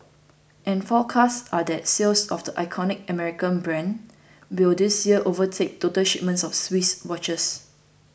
and forecasts are that sales of the iconic American brand will this year overtake total shipments of Swiss watches